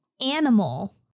animal